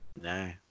No